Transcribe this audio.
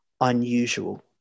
unusual